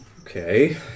Okay